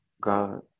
God